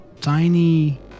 tiny